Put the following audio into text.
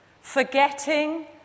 Forgetting